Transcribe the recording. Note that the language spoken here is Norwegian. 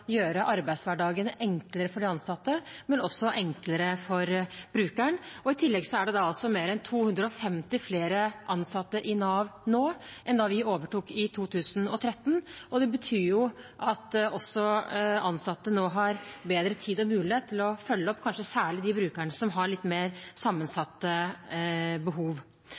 gjøre arbeidshverdagen enklere for de ansatte, men også enklere for brukeren. I tillegg er det mer enn 250 flere ansatte i Nav nå enn da vi overtok i 2013. Det betyr at ansatte nå har bedre tid og mulighet til å følge opp kanskje særlig de brukerne som har litt mer sammensatte behov.